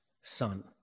son